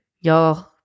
Y'all